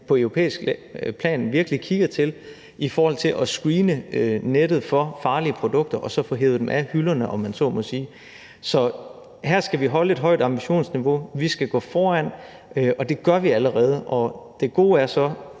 på europæisk plan virkelig kigger til, i forhold til at screene nettet for farlige produkter og så få hevet dem ned af hylderne, om man så må sige. Så her skal vi holde et højt ambitionsniveau; vi skal gå foran, og det gør vi allerede. Det gode er så,